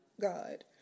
God